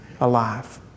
alive